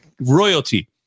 royalty